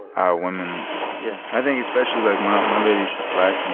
our women yeah i think, especially like, my my lady, she's black. and